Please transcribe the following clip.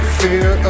fear